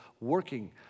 working